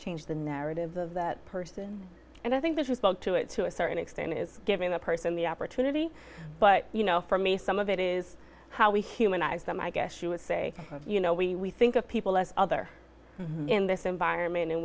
change the narrative of that person and i think this would go to it to a certain extent is giving the person the opportunity but you know for me some of it is how we humanize some i guess you would say you know we think of people as other in this environment and